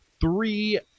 three